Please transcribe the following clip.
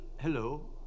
Hello